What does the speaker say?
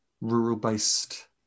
rural-based